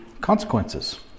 consequences